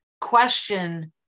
question